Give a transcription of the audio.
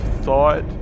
thought